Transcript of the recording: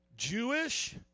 Jewish